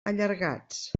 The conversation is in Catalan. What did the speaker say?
allargats